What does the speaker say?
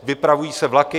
Vypravují se vlaky.